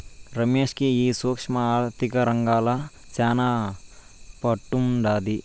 రమేష్ కి ఈ సూక్ష్మ ఆర్థిక రంగంల శానా పట్టుండాది